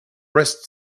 breast